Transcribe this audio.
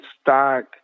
stock